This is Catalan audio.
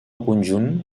conjunt